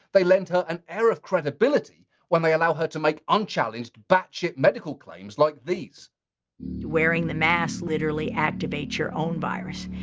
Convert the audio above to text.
they lend her an air of credibility when they allow her to make unchallenged, batshit medical claims like these mikovits wearing the mask literally activates your own virus.